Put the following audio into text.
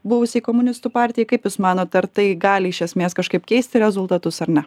buvusiai komunistų partijai kaip jūs manot ar tai gali iš esmės kažkaip keisti rezultatus ar ne